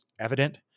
evident